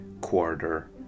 quarter